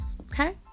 okay